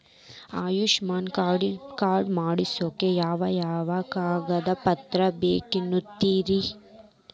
Ayushman card ಮಾಡ್ಸ್ಲಿಕ್ಕೆ ಯಾವ ಯಾವ ಕಾಗದ ಪತ್ರ ಬೇಕಾಗತೈತ್ರಿ?